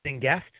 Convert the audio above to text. guest